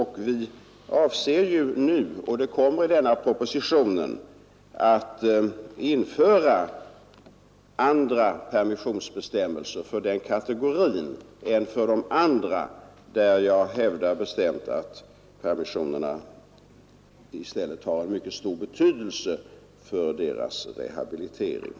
Vi avser nu, och det kommer i denna proposition, att införa andra permissionsbestämmelser för den kategorin än för de andra där jag bestämt hävdar att permissionerna i stället har en mycket stor betydelse för deras rehabilitering.